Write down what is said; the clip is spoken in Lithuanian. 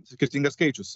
skirtingas skaičius